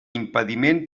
impediment